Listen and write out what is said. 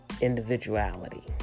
individuality